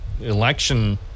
election